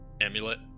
amulet